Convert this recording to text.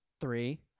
Three